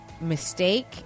mistake